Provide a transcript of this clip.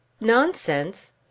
Nonsense